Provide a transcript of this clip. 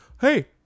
Hey